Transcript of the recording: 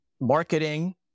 marketing